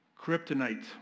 Kryptonite